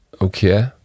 okay